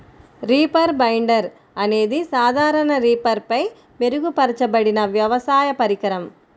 reaper binder అనేది సాధారణ రీపర్పై మెరుగుపరచబడిన వ్యవసాయ పరికరం